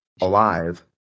alive